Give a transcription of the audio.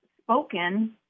spoken